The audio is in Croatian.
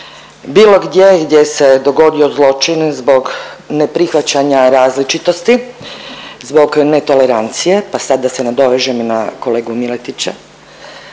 Bilo gdje, gdje se dogodio zločin zbog neprihvaćanja različitosti, zbog netolerancije, pa sad da se i nadovežem na kolegu Miletića,